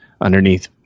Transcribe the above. underneath